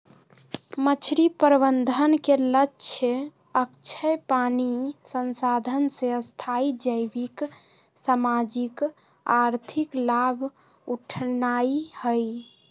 मछरी प्रबंधन के लक्ष्य अक्षय पानी संसाधन से स्थाई जैविक, सामाजिक, आर्थिक लाभ उठेनाइ हइ